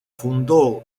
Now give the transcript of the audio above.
fundó